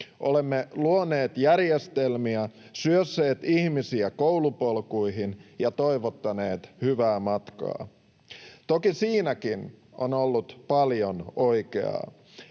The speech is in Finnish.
Olemme luoneet järjestelmiä, syösseet ihmisiä koulupolkuihin ja toivottaneet hyvää matkaa. Toki siinäkin on ollut paljon oikeaa.